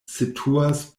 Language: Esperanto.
situas